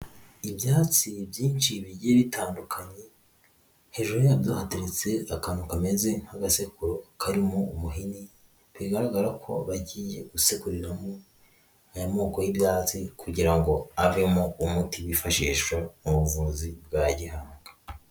Ibyatsi byinshi bigiye bitandukanye, hejuru yabyo hateretse akantu kameze nk'agasekuro karimo umuhini bigaragara ko bagiye gusekuriramo aya moko y'ibyatsi kugira ngo avemo umuti bifashisha mu buvuzi bwa Gihanga.